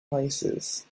places